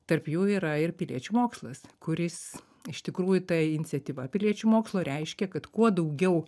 tarp jų yra ir piliečių mokslas kuris iš tikrųjų ta iniciatyva piliečių mokslo reiškia kad kuo daugiau